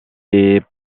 est